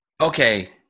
Okay